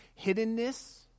Hiddenness